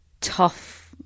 tough